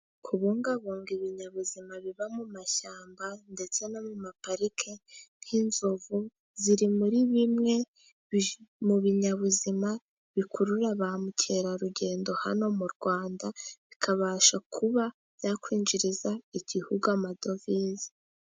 Kubungabunga ibinyabuzima biba mu mashyamba ndetse no mu mapariki, nk'inzovu, ziri muri bimwe mu binyabuzima bikurura ba mukerarugendo hano mu Rwanda, bikabasha kuba byakwinjiriza igihugu amadovize.